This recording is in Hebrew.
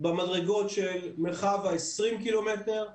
במדרגות של מרחב ה-20 קילומטרים,